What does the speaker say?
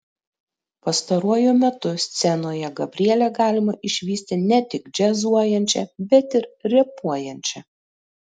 pastaruoju metu scenoje gabrielę galima išvysti ne tik džiazuojančią bet ir repuojančią